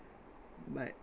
but